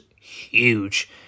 huge